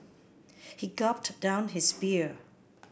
he gulped down his beer